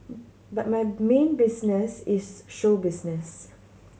but my main business is show business